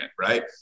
right